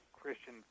Christian